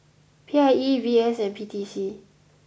P I E V S and P T C